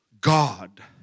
God